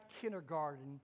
kindergarten